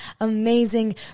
amazing